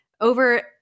over